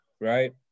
right